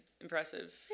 impressive